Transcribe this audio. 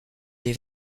des